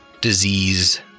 disease